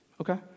Okay